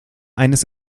eines